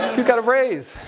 you got a raise.